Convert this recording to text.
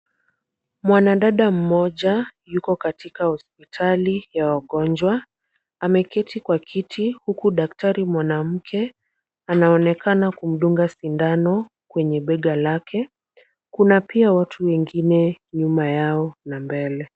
Mwanadada mmoja yuko katika hospitali ya wagonjwa. Ameketi kwa kiti, huku daktari mwanamke anaonekana kumdunga sindano kwenye bega lake. Kuna pia watu wengine nyuma yao na mbele.